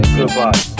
Goodbye